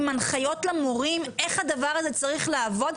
עם הנחיות למורים איך הדבר הזה צריך לעבוד,